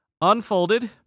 Unfolded